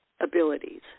abilities